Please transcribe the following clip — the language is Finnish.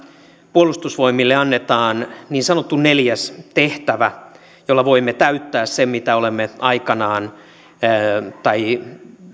puolustusvoimille annetaan niin sanottu neljäs tehtävä jolla voimme täyttää sen mitä olemme aikanaan päättäneet tai